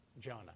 Jonah